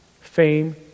Fame